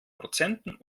prozenten